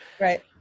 Right